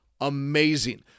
amazing